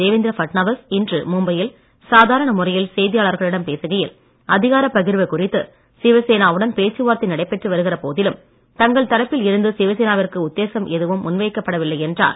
தேவேந்திர பட்நவிஸ் இன்று மும்பையில் சாதாரண முறையில் செய்தியாளர்களிடம் பேசுகையில் அதிகார பகிர்வு குறித்து சிவசேனாவுடன் பேச்சுவார்த்தை நடைபெற்று வருகிற போதிலும் தங்கள் தரப்பில் சிவசேனாவிற்கு உத்தேசம் எதுவும் இருந்து முன்வைக்கப்படவில்லை என்றார்